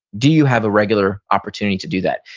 do you have a regular opportunity to do that?